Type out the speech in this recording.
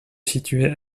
situait